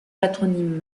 patronymes